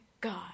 God